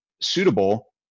suitable